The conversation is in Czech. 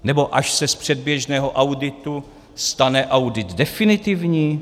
Nebo až se z předběžného auditu stane audit definitivní?